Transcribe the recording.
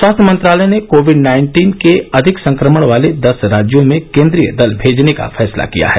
स्वास्थ्य मंत्रालय ने कोविड नाइन्टीन के अधिक संक्रमण वाले दस राज्यों में केंद्रीय दल भेजने का फैसला किया है